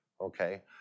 okay